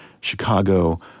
Chicago